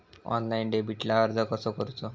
Online डेबिटला अर्ज कसो करूचो?